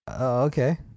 Okay